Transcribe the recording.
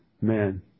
Man